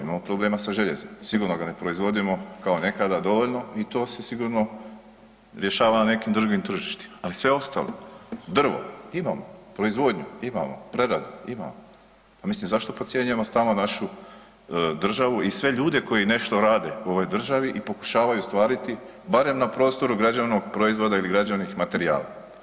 Imamo problema sa željezom, sigurno ga ne proizvodimo kao nekada dovoljno i to se sigurno rješava na nekim drugim tržištima ali sve ostalo, drvo, imamo, proizvodnju imamo, preradu imamo, pa mislim zašto podcjenjujemo stalno našu državu i sve ljude koji nešto rade u ovoj državi i pokušavaju ostvariti barem na prostoru građevnog proizvoda ili građevnih materijala?